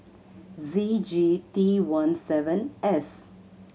Z G T one seven S